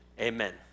Amen